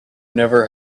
never